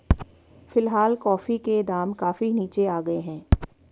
फिलहाल कॉफी के दाम काफी नीचे आ गए हैं